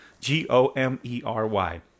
G-O-M-E-R-Y